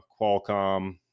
Qualcomm